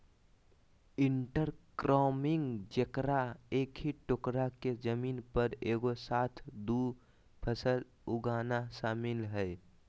intercropping जेकरा एक ही टुकडा के जमीन पर एगो साथ दु फसल उगाना शामिल हइ